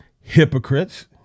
hypocrites